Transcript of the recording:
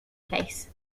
place